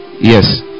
yes